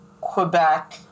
Quebec